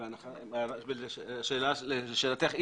לשאלתך,